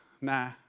nah